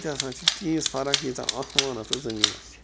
اَتہِ ہسا چھِ تیٖژ فَرق ییٖژاہ آسمانَس تہٕ زَمیٖنَس چھِ